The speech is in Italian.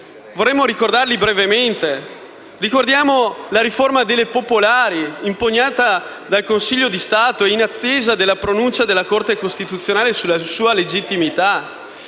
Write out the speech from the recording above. Vorremmo ricordarli brevemente. Ricordiamo la riforma delle banche popolari, impugnata dal Consiglio di Stato, in attesa della pronuncia della Corte costituzionale sulla sua legittimità;